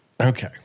Okay